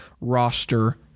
roster